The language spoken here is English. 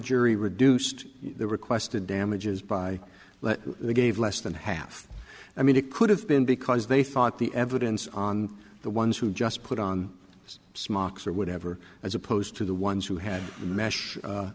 jury reduced the requested damages by that they gave less than half i mean it could have been because they thought the evidence on the ones who just put on smocks or whatever as opposed to the ones who had the mesh